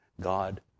God